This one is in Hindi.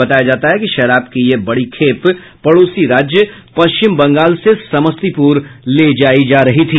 बताया जाता है कि शराब की यह बड़ी खेप पड़ोसी राज्य पश्चिम बंगाल से समस्तीपुर ले जायी जा रही थी